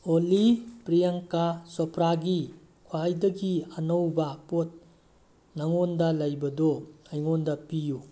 ꯑꯣꯜꯂꯤ ꯄ꯭ꯔꯤꯌꯥꯡꯀꯥ ꯆꯣꯄ꯭ꯔꯥꯒꯤ ꯈ꯭ꯋꯥꯏꯗꯒꯤ ꯑꯅꯧꯕ ꯄꯣꯠ ꯅꯉꯣꯟꯗ ꯂꯩꯕꯗꯨ ꯑꯩꯉꯣꯟꯗ ꯄꯤꯌꯨ